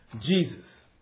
Jesus